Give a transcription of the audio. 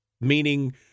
meaning